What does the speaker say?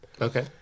Okay